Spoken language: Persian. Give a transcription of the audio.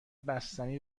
بستنی